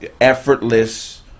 effortless